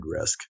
risk